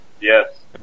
yes